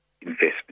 investment